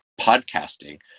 podcasting